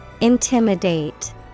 Intimidate